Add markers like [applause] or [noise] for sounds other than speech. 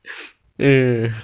[noise]